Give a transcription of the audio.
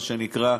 מה שנקרא,